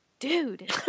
dude